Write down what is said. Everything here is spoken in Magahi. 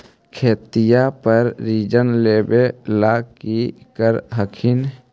खेतिया पर ऋण लेबे ला की कर हखिन?